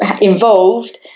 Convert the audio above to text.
involved